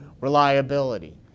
reliability